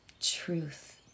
truth